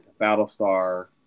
Battlestar